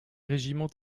régiments